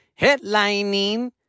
headlining